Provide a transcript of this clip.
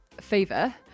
Fever